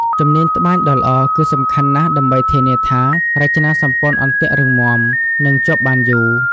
ជំនាញត្បាញដ៏ល្អគឺសំខាន់ណាស់ដើម្បីធានាថា រចនាសម្ព័ន្ធអន្ទាក់រឹងមាំ និងជាប់បានយូរ។